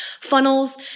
funnels